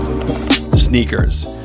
sneakers